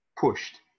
pushed